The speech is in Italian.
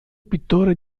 pittore